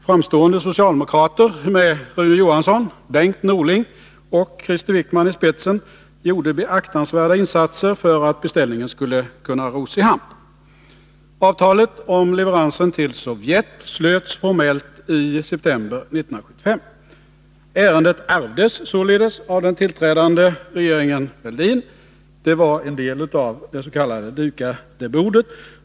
Framstående socialdemokrater med Rune Johansson, Bengt Norling och Krister Wickman ispetsen gjorde beaktansvärda insatser för att beställningen skulle kunna ros i hamn. Avtalet om leveransen till Sovjet slöts formellt i september 1975. Ärendet ärvdes således av den tillträdande regeringen Fälldin 1976. Det var en delav dets.k. dukade bordet.